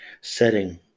setting